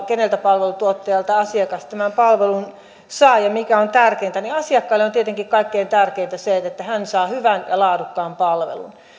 keneltä palveluntuottajalta asiakas tämän palvelun saa ja mikä on tärkeintä niin asiakkaalle on tietenkin kaikkein tärkeintä se että hän saa hyvän ja laadukkaan palvelun